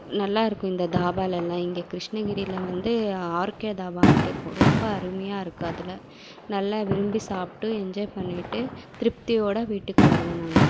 நல்லாருக்கும் இந்த தாபாலலாம் இங்கே கிருஷ்ணகிரியில வந்து ஆர்கே தாபானுட்டு இருக்கும் ரொம்ப அருமையாக இருக்கு அதில் நல்லா விரும்பி சாப்பிட்டு என்ஜாய் பண்ணிவிட்டு திருப்தியோட வீட்டுக்கு வருவோம் நாங்கள்